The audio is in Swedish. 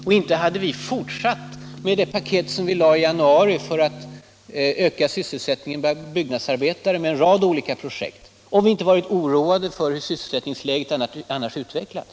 Och inte hade vi fortsatt arbetet med paketet som vi lade fram i januari för att öka sysselsättningen bland byggnadsarbetare med en rad olika projekt, om vi inte varit oroade för hur sysselsättningsläget annars skulle ha kunnat utvecklas!